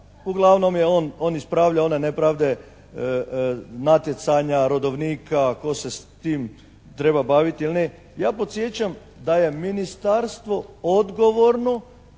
uglavnom je on ispravlja one nepravde natjecanja, rodovnika, tko se s tim treba baviti ili ne. Ja podsjećam da je ministarstvo odgovorno